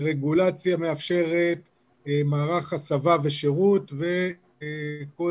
רגולציה מאפשרת מערך הסבה ושירות וכל